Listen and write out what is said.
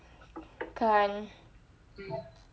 can't